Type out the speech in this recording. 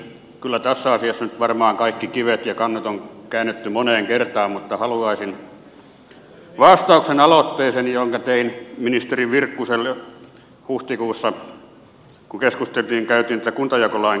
kyllä tässä asiassa nyt varmaan kaikki kivet ja kannot on käännetty moneen kertaan mutta haluaisin vastauksen aloitteeseeni jonka tein ministeri virkkuselle huhtikuussa kun käytiin kuntajakolain lähetekeskustelua